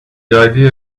idea